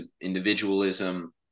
individualism